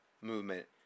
movement